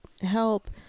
help